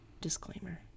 disclaimer